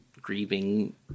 grieving